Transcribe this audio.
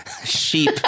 Sheep